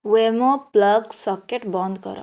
Wemo plug socket ବନ୍ଦ କର